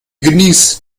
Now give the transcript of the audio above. genießt